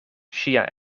ŝia